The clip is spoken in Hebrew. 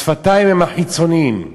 השפתיים הן חיצוניות,